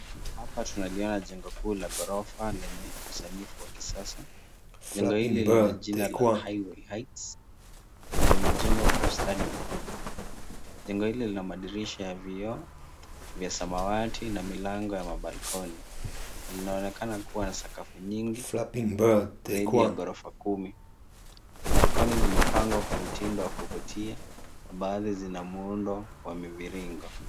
Hapa tunaliona jengo kuu la ghorofa lenye usanifu wa kisasa. Jengo hili lina jina la Highway Heights na limejengwa kwa ustadi mkubwa. Jengo hili lina madirisha ya vioo vya samawati na milango ya mabalkoni. Linaonekana kuwa na sakafu nyingi, zaidi ya ghorofa kumi. Balkoni zimepangwa kwa mtindo wa kuvutia na baadhi zina muundo wa miviringo.